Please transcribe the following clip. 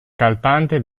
cantante